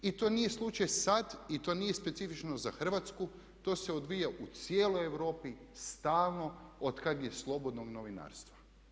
I to nije slučaj sad i to nije specifično za Hrvatsku, to se odvija u cijeloj Europi stalno otkad je slobodnog novinarstva.